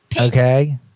Okay